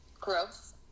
growth